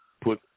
put